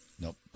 Nope